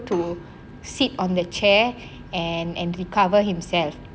to sit on the chair and and recover himself